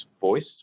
voice